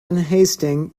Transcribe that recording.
unhasting